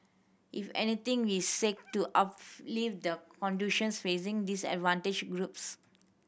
if anything we seek to the conditions facing disadvantaged groups